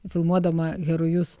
filmuodama herojus